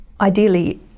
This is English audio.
Ideally